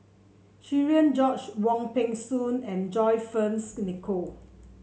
Cherian George Wong Peng Soon and John Fearns Nicoll